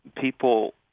people